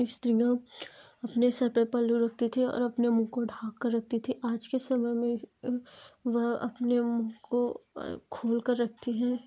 स्त्रियाँ अपने सर पर पल्लू रखती थी और अपने मुँह को ढाक कर रखती थे आज के समय में वह अपने मुँह को खोल कर रखती हैं